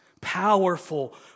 powerful